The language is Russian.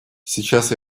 сейчас